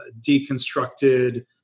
deconstructed